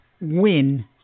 win